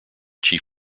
chief